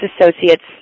associates